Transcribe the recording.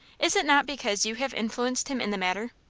is it not because you have influenced him in the matter?